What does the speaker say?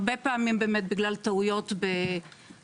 הרבה פעמים באמת בגלל טעויות בחוברת